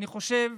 חושב,